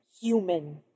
human